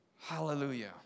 Hallelujah